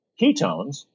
ketones